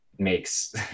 makes